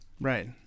right